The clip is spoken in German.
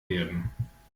werden